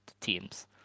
teams